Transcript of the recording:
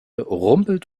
rumpelt